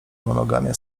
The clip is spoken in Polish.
monogamia